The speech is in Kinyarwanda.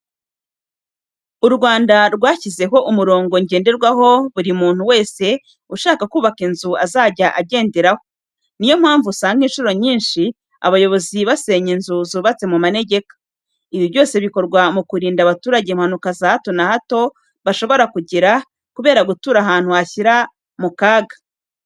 U Rwanda rwashyizeho umurongo ngenderwaho buri muntu wese ushaka kubaka inzu azajya agenderaho. Niyo mpamvu usanga incuro nyinshi abayobozi basenya inzu zubatse mu manegeka. Ibi byose bikorwa mu kurinda abaturage impanuka za hato na hato bashobora kugira, kubera gutura ahantu habashyira mu kaga.